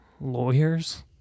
Lawyers